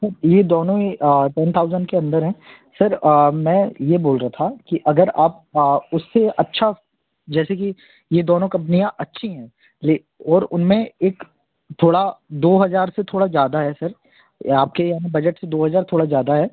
sir ये दोनों ही टेन थाउज़ेंड के अंदर हैं सर मैं ये बोल रहा था कि अगर आप उससे अच्छा जैसे कि ये दोनों कंपनियाँ अच्छी हैं ले और उनमें एक थोड़ा दो हज़ार से थोड़ा ज़्यादा है सर ये आपके यानि बजट से दो हज़ार थोड़ा ज़्यादा है